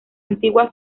antigua